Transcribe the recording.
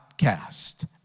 cast